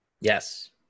Yes